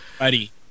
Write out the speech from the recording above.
ready